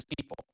people